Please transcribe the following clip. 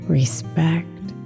respect